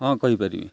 ହଁ କହିପାରିବି